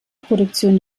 produktion